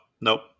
nope